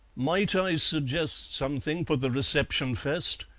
might i suggest something for the reception fest?